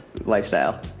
lifestyle